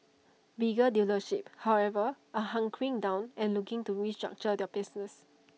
bigger dealerships however are hunkering down and looking to restructure their business